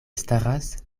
staras